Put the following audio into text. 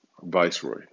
Viceroy